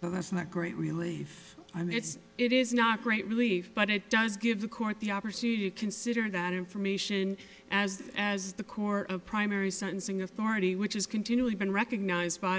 but that's not great relief and that's it is not great relief but it does give the court the opportunity to consider that information as as the court of primary sentencing authority which is continually been recognized by